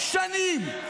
שנים.